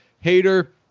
hater